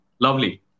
Lovely